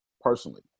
personally